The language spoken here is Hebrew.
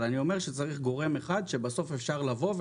אני אומר שצריך גורם אחד שבסוף אפשר לבוא אליו